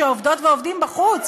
שעובדות ועובדים בחוץ,